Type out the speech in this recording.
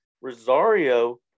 Rosario